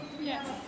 Yes